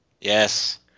Yes